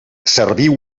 serviu